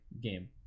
game